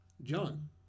John